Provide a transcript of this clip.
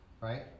Right